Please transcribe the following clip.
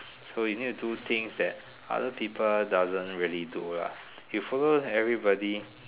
so you need to do things that other people doesn't really do lah you follow everybody